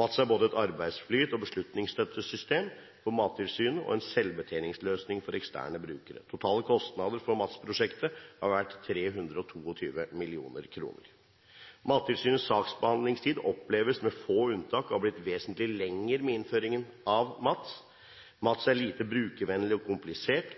MATS er både et arbeidsflyt- og beslutningsstøttesystem for Mattilsynet og en selvbetjeningsløsning for eksterne brukere. Totale kostnader for MATS-prosjektet har vært 322 mill. kr. Mattilsynets saksbehandlingstid oppleves, med få unntak, å ha blitt vesentlig lengre med innføringen av MATS. MATS er lite brukervennlig og komplisert,